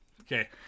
Okay